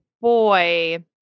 boy